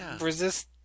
resist